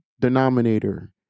denominator